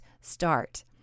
start